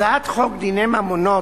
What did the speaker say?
הצעת חוק דיני ממונות,